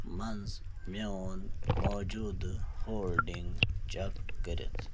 منٛز میٛون موٗجوٗدٕہ ہولڈِنٛگ چیٚک کٔرِتھ